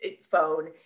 phone